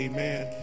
Amen